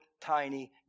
tiny